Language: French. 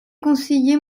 conseiller